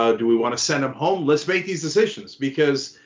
ah do we want to send them home? let's make these decisions because